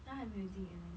他还没有进 N_S